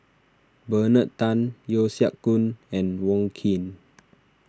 Bernard Tan Yeo Siak Goon and Wong Keen